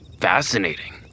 fascinating